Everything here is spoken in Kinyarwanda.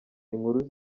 inkuru